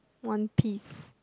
one piece